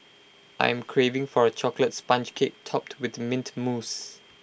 I am craving for A Chocolate Sponge Cake Topped with Mint Mousse